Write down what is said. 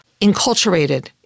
enculturated